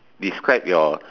describe your